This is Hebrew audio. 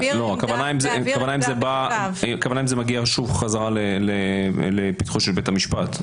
הכוונה אם זה מגיע חזרה לפתחו של בית המשפט.